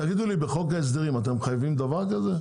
תגידו לי, בחוק ההסדרים אתם מחייבים דבר כזה,